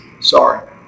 sorry